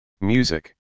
Music